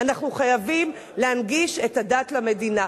אנחנו חייבים להנגיש את הדת למדינה.